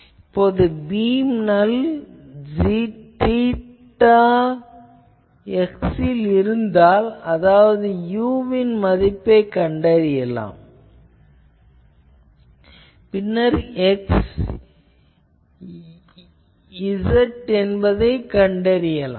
இப்போது பீம் நல் θz ல் இருந்தால் அதற்குரிய u வின் மதிப்பைக் கண்டறியலாம் பின்னர் xz என்பதைக் கண்டறியலாம்